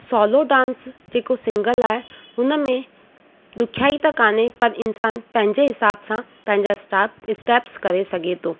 solo dance जेको single आहे हुन में ॾुखियाई त कोन्हे पर इंसान पंहिंजे हिसाब सां पंहिंजा स्टाप स्टैप करे सघे थो